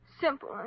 Simple